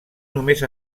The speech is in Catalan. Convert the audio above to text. només